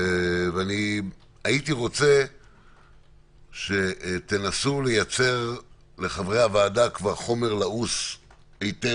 והייתי רוצה שתנסו לייצר לחברי הוועדה חומר לעוס היטב,